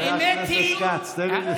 חבר הכנסת כץ, תן לי לסיים.